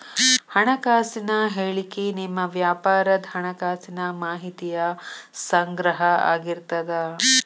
ಹಣಕಾಸಿನ ಹೇಳಿಕಿ ನಿಮ್ಮ ವ್ಯಾಪಾರದ್ ಹಣಕಾಸಿನ ಮಾಹಿತಿಯ ಸಂಗ್ರಹ ಆಗಿರ್ತದ